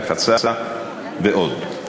רחצה ועוד.